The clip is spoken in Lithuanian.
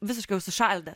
visiškai užsišaldė